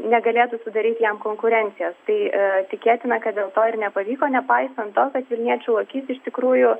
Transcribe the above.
negalėtų sudaryti jam konkurencijos tai tikėtina kad dėl to ir nepavyko nepaisant to kad vilniečių lokys iš tikrųjų